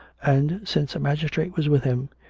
and, since a magistrate was with him,